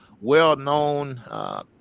well-known